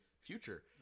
future